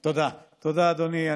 תודה, אדוני.